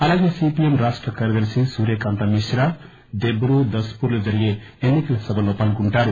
అలాగే సీపీఎం రాష్ట కార్యదర్శి సూర్యకాంత మిశ్రా దేబ్రూ దస్ పూర్ లలో జరిగే ఎన్ని కల సభల్లో పాల్గొంటారు